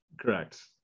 Correct